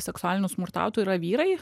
seksualinių smurtautojų yra vyrai